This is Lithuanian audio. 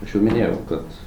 aš jau minėjau kad